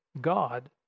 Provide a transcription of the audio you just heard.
God